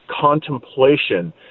contemplation